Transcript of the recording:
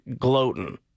gloating